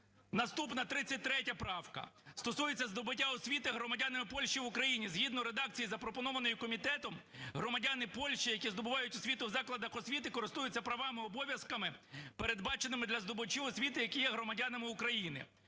Наступна 33 правка, стосується здобуття освіти громадянами Польщі в Україні. Згідно редакції запропонованої комітетом громадяни Польщі, які здобувають освіту в закладах освіти, користуються правами (обов'язками), передбаченими для здобувачів освіти, які є громадянами України.